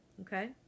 Okay